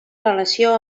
relació